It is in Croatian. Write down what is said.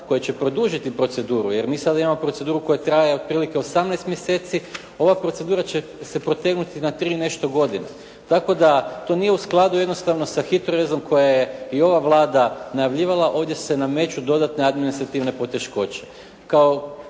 koje će produžiti proceduru jer mi sada imamo proceduru koja traje otprilike 18 mjeseci, ova procedura će se protegnuti na 3 i nešto godine. Tako da to nije u skladu jednostavno sa HITRORez-om koja je i ova Vlada najavljivala. Ovdje se nameću dodatne administrativne poteškoće.